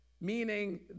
Meaning